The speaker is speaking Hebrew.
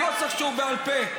על נוסח שהוא בעל פה.